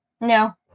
No